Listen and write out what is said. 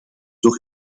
door